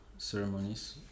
Ceremonies